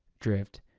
drift,